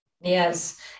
Yes